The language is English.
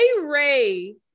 Ray